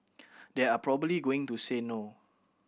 they are probably going to say no